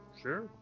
sure